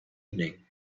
evening